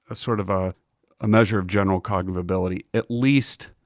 ah sort of ah a measure of general cognitive ability, at least